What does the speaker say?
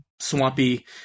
Swampy